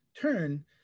turn